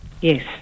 Yes